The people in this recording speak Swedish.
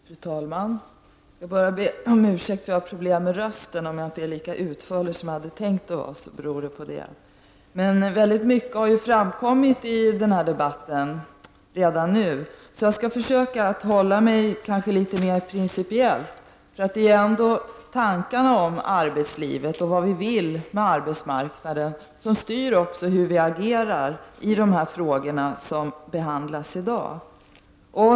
Fru talman! Jag skall först be om ursäkt för att jag har problem med rösten. Om jag inte är lika utförlig som jag hade tänkt, så beror det på detta. Väldigt mycket har ju redan nu framkommit i den här debatten, och jag skall därför försöka att hålla mig till de litet mer principiella frågorna. Det är ju ändå tankarna om arbetslivet och vad vi vill med arbetsmarknaden som styr vårt agerande i de frågor som behandlas i dag.